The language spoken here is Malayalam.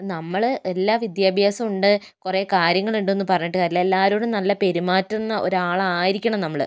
ഇപ്പം നമ്മള് എല്ലാം വിദ്യാഭ്യാസം ഉണ്ട് കുറെ കാര്യങ്ങൾ ഉണ്ട് എന്ന് പറഞ്ഞിട്ട് ഒരു കാര്യവുമില്ല എല്ലാരോടും നല്ല പെരുമാറ്റുന്ന ഒരാളായിരിക്കണം നമ്മള്